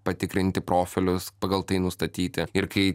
patikrinti profilius pagal tai nustatyti ir kai